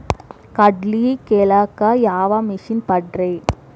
ಕಡ್ಲಿ ಕೇಳಾಕ ಯಾವ ಮಿಷನ್ ಪಾಡ್ರಿ?